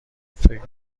فکر